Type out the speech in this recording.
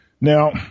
Now